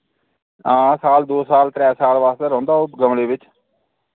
हां साल दो साल त्रै साल वास्तै रोह्नदा ओ गमले विच